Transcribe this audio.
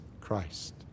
Christ